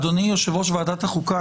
אדוני יושב-ראש ועדת החוקה,